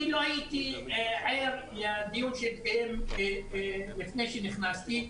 אני לא הייתי ער לדיון שהתקיים לפני שנכנסתי.